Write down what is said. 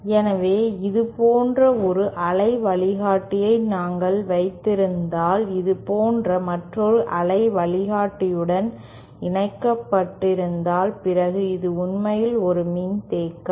எனவே இது போன்ற ஒரு அலை வழிகாட்டியை நாங்கள் வைத்திருந்தால் இது போன்ற மற்றொரு அலை வழிகாட்டியுடன் இணைக்கப்பட்டு இருந்தால் பிறகு இது உண்மையில் ஒரு மின்தேக்கம்